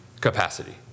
capacity